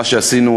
מה שעשינו,